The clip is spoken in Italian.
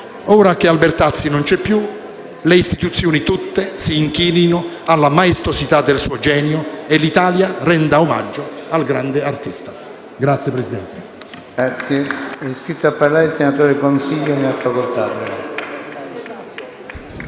Ora che non c'è più, le istituzioni tutte si inchinino alla maestosità del suo genio e l'Italia renda omaggio al grande artista.